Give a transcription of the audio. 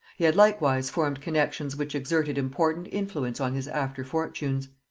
he had likewise formed connexions which exerted important influence on his after fortunes.